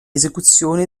esecuzione